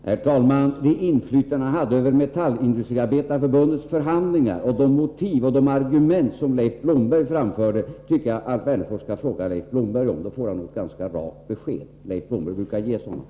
Herr talman! Jag tycker att Alf Wennerfors skall fråga Leif Blomberg vilket inflytande som Stig Malm hade över Metallindustriarbetareförbundets förhandlingar och de motiv och argument som Leif Blomberg framförde. Då får han nog ett ganska rakt besked. Leif Blomberg brukar ge sådana.